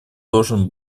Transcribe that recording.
должен